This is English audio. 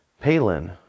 Palin